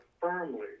firmly